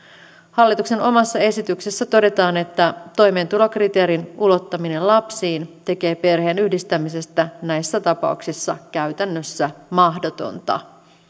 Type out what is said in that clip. hallituksen omassa esityksessä todetaan että toimeentulokriteerin ulottaminen lapsiin tekee perheenyhdistämisestä näissä tapauksissa käytännössä mahdotonta